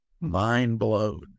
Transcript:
mind-blown